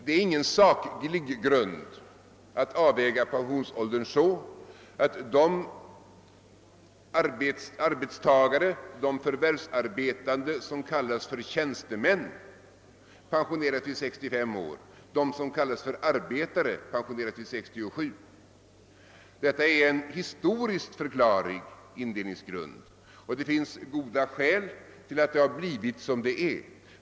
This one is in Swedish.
Det är ingen saklig grund att avväga pensionsåldern så, att de förvärvsarbetande som kallas för tjänstemän pensioneras vid 65 års ålder och de som kallas för arbetare pensioneras vid 67. Detta är en historiskt förklarlig indelningsgrund, och det finns goda skäl till att det blivit på detta sätt.